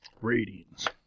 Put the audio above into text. Ratings